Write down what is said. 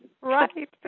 Right